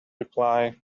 reply